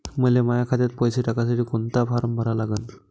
मले माह्या खात्यात पैसे टाकासाठी कोंता फारम भरा लागन?